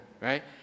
right